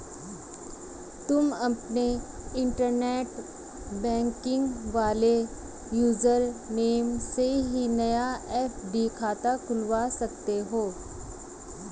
तुम अपने internet banking वाले यूज़र नेम से ही नया एफ.डी खाता खुलवा सकते हो